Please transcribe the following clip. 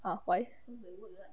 ah why